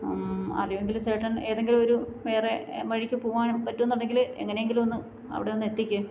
അറിയുമെങ്കിൽ ചേട്ടന് ഏതെങ്കിലുമൊരു വേറെ വഴിക്ക് പോവാന് പറ്റും എന്നുണ്ടെങ്കിൽ എങ്ങനെയെങ്കിലുമൊന്ന് അവിടെ ഒന്നെത്തിക്ക്